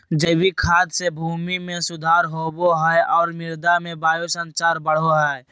जैविक खाद से भूमि में सुधार होवो हइ और मृदा में वायु संचार बढ़ो हइ